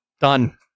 Done